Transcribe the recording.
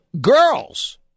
girls